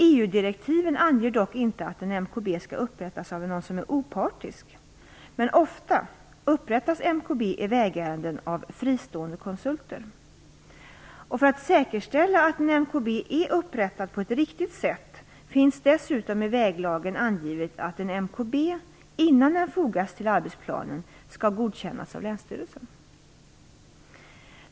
EU-direktiven anger dock inte att en MKB skall upprättas av någon som är opartisk, men ofta upprättas MKB i vägärenden av fristående konsulter. För att säkerställa att en MKB är upprättad på ett riktigt sätt finns dessutom i väglagen angivet att en MKB, innan den fogas till arbetsplanen, skall godkännas av länsstyrelsen.